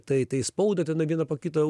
tai tai spaudą ten vieną po kito